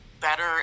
better